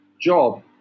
job